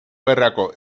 gerrako